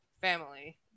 family